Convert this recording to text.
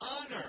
honor